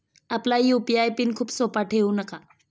आपला UPI PIN खूप सोपा ठेवू नका